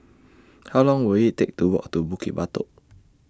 How Long Will IT Take to Walk to Bukit Batok